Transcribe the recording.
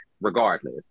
regardless